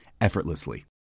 effortlessly